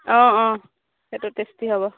অঁ অঁ সেইটো টেষ্টি হ'ব